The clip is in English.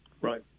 Right